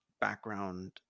background